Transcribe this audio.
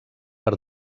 per